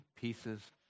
pieces